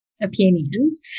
opinions